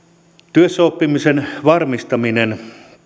työssäoppimisen varmistaminen